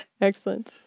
Excellent